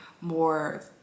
more